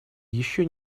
еще